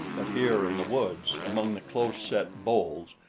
but here in the woods, among the close-set boles,